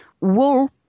Wool